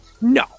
no